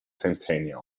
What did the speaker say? centennial